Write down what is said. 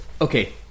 Okay